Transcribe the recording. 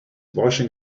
washing